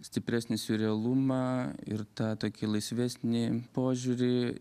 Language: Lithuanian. stipresnį siurrealumą ir tą tokį laisvesnį požiūrį